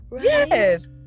Yes